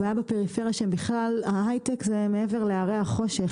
הבעיה בפריפריה שבכלל ההייטק זה מעבר להרי החושך.